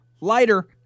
lighter